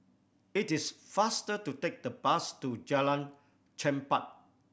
it is faster to take the bus to Jalan Chempah